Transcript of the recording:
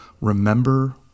Remember